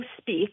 speak